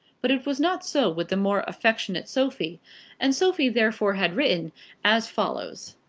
but it was not so with the more affectionate sophie and sophie therefore had written as follows